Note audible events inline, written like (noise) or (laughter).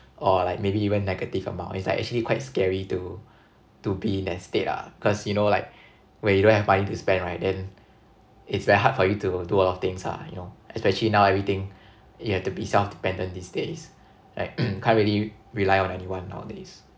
or like maybe you went negative amount it's actually quite scary to to be in that state ah cause you know like when you don't have money to spend right then it's very hard for you to do a lot of things ah you know especially now everything you have to be self dependent these days like (noise) can't really rely on anyone nowadays